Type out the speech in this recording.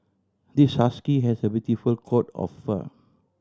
this husky has a beautiful coat of fur